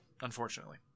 unfortunately